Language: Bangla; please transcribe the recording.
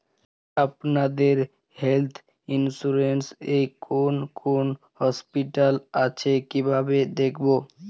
আপনাদের হেল্থ ইন্সুরেন্স এ কোন কোন হসপিটাল আছে কিভাবে দেখবো?